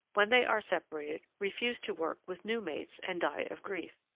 when they are separated, refuse to work with new mates and die of grief.